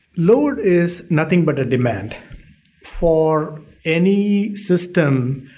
load is nothing but a demand for any system.